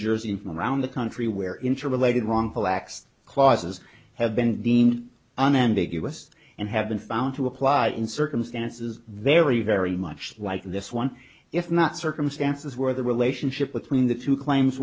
jersey around the country where interrelated wrongful acts clauses have been deemed an ambiguous and have been found to apply in circumstances very very much like this one if not circumstances where the relationship between the two claims